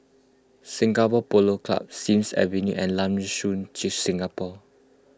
Singapore Polo Club Sims Avenue and Lam Soon Singapore